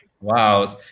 Wow